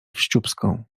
wściubską